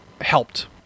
helped